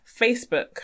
Facebook